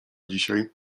dzisiaj